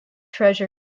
treasure